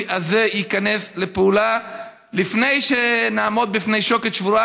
הזה ייכנס לפעולה לפני שנעמוד בפני שוקת שבורה?